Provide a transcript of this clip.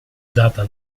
data